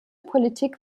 politik